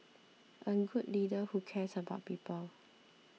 a good leader who cares about people